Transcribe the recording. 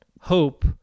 hope